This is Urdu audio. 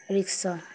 رکشا